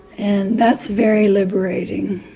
and that's very liberating.